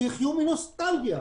שיחיו מנוסטלגיה.